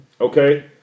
Okay